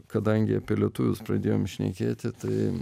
kadangi apie lietuvius pradėjom šnekėti tai